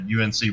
UNC